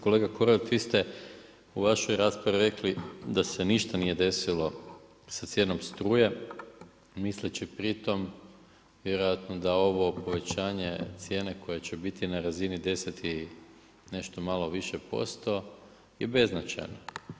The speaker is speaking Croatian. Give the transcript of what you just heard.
Kolega Horvat, vi ste u vašoj raspravi rekli da se ništa nije desilo sa cijenom struje, misleći pri tom, vjerojatno da ovo povećanje cijene koje će biti na razini 10 i nešto manje-više posto je beznačajno.